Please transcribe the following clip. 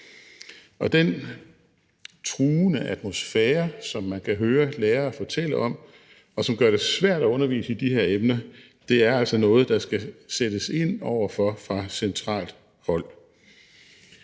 Den truende atmosfære, som man kan høre lærere fortælle om, og som gør det svært at undervise i de her emner, er altså noget, der skal sættes ind over for fra centralt hold.